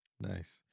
Nice